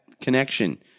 connection